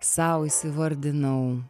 sau įsivardinau